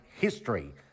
history